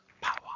power